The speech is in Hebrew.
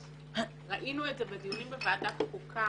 ראינו את זה בדיונים בוועדת החוקה